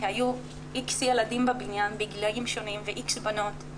היו X ילדים בבניין בגילאים שונים ו-X בנות,